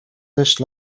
deszcz